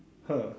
!huh!